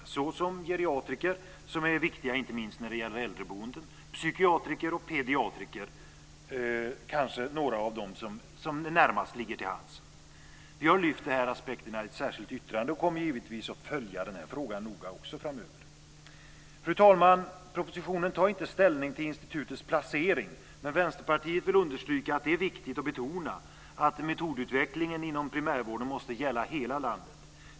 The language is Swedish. Det kan vara geriatriker, som är viktiga inte minst när det gäller äldreboende, psykiatriker och pediatriker - det är kanske några av dem som närmast ligger till hands. Vi har lyft fram dessa aspekter i ett särskilt yttrande, och kommer givetvis att följa också denna fråga noga framöver. Fru talman! I propositionen tar man inte ställning till institutets placering. Men Vänsterpartiet vill understryka att det är viktigt att betona att metodutvecklingen inom primärvården måste gälla hela landet.